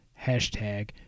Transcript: Hashtag